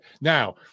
Now